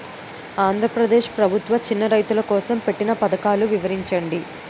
ఆంధ్రప్రదేశ్ ప్రభుత్వ చిన్నా రైతుల కోసం పెట్టిన పథకాలు వివరించండి?